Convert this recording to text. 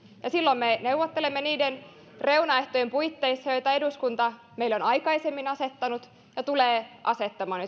ja silloin me neuvottelemme niiden reunaehtojen puitteissa joita eduskunta meille on aikaisemmin asettanut ja tulee asettamaan